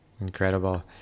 Incredible